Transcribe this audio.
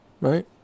right